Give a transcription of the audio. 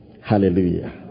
Hallelujah